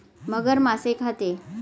मगर मासे खाते